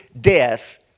death